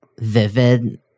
Vivid